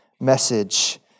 message